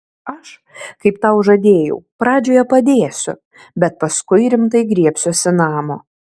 aš kaip tau žadėjau pradžioje padėsiu bet paskui rimtai griebsiuosi namo